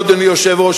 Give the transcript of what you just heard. אדוני היושב-ראש,